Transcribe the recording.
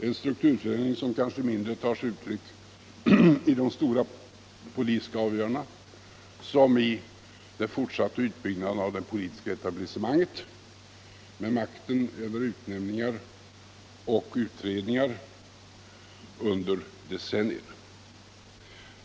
En strukturförändring som kanske mindre tar sig uttryck i de stora politiska avgörandena än i den fortsatta utbyggnaden av det politiska etablissementet, med makten över utnämningar och utredningar under decennier.